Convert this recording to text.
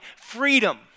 freedom